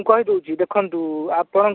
ମୁଁ କହିଦେଉଛି ଦେଖନ୍ତୁ ଆପଣଙ୍କର